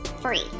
free